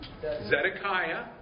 Zedekiah